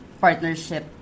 partnership